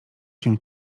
się